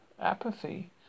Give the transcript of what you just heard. apathy